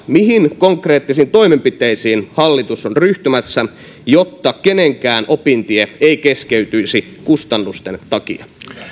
mihin konkreettisiin toimenpiteisiin hallitus on selvityksen lisäksi ryhtymässä jotta kenenkään opintie ei keskeytyisi kustannusten takia